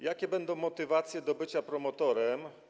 Jakie będą motywacje do bycia promotorem?